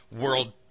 world